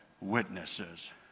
witnesses